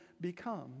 become